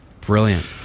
brilliant